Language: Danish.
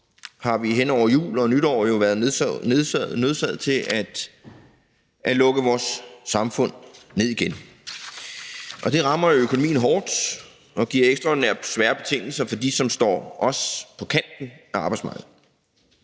har vi hen over jul og nytår jo været nødsaget til at lukke vores samfund ned igen. Og det rammer jo økonomien hårdt og giver ekstraordinært svære betingelser for dem, som står på kanten af arbejdsmarkedet.